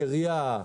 נריה,